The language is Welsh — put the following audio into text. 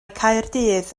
caerdydd